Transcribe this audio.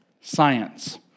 science